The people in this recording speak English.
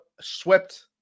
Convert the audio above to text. swept